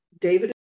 David